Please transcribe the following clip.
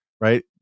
right